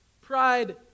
pride